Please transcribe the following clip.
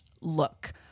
look